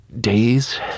days